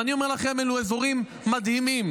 ואני אומר לכם: אלו אזורים מדהימים.